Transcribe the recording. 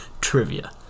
trivia